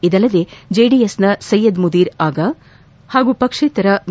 ಇದಲ್ಲದೆ ಜೆಡಿಎಸ್ನ ಸಯ್ಯದ್ ಮುದೀರ್ ಆಗಾ ಪಾಗೂ ಪಕ್ಷೇತರ ಬಿ